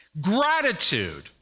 Gratitude